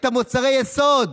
את מוצרי היסוד.